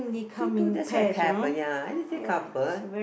two two that's where it happen ya I did say couple